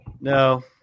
No